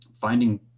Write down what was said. finding